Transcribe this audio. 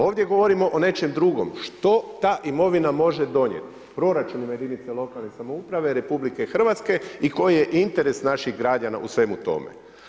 Ovdje govorimo o nečem drugom, što ta imovina može donijeti proračunima jedinica lokalne samouprave RH i koji je interes naših građana u svemu tome.